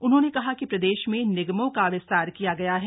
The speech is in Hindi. उन्होंने कहा कि प्रदेश में निगमों का विस्तार किया गया गया है